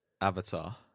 Avatar